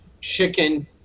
chicken